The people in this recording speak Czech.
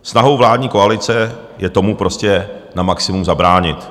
Snahou vládní koalice je tomu prostě na maximum zabránit.